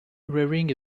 wearing